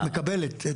מקבלת?